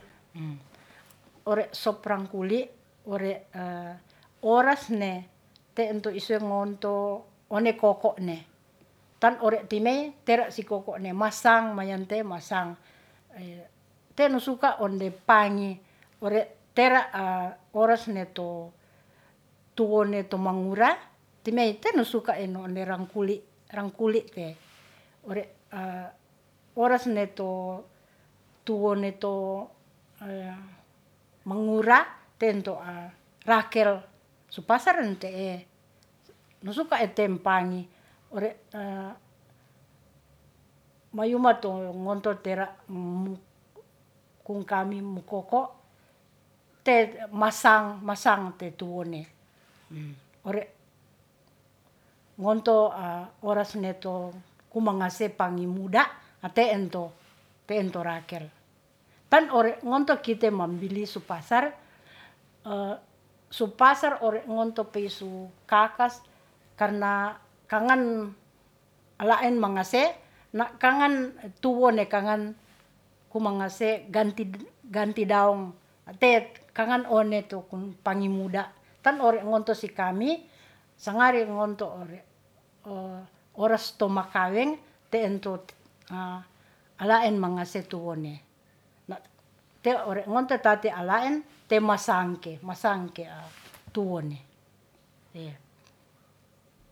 Ore so prang kuli ore oras ne te entu isei ngonto one kokone, tan ore time tera si koko ne masang mayante masang, tenu suka onde pangi ore tera oras ne to tu wone tomangura timey teno suka en onde rangkuli, rangkuli te ore oras ne to tuwone to mengura te ento rakel su pasar ente'e nu sukae te'en pangi ore mayuma to ngonto tera mu kung kami mu koko te masang, masang te tu wone. Ore gngonto oras ne to kumangase pangi muda ente'e to te'en to rakel tan ore ngonto kite mambili su pasar su pasar ore ngonto pei su kakas kangan alaen mangase na' kangan tu wone kangan ku mangase ganti daong, te kangan one tu pangi muda tan or ngonto si kami sangari ngonto ore, orasa to makaweng te'en to alaen mangase tu wone, tera ore ngonto tati alaen te masangke masangke tu wone